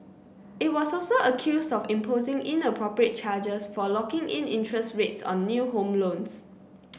it was also accused of imposing inappropriate charges for locking in interest rates on new home loans